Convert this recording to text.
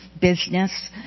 business